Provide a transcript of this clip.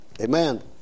Amen